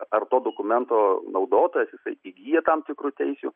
ar to dokumento naudotojas jisai įgyja tam tikrų teisių